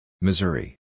Missouri